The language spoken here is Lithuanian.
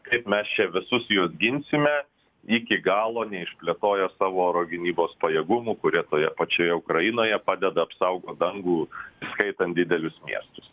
kaip mes čia visus juos ginsime iki galo neišplėtoję savo oro gynybos pajėgumų kurie toje pačioje ukrainoje padeda apsaugot dangų įskaitant didelius miestus